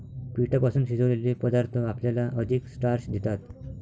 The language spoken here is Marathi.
पिठापासून शिजवलेले पदार्थ आपल्याला अधिक स्टार्च देतात